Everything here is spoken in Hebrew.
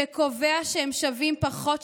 שקובע שהם שווים פחות,